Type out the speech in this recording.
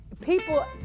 people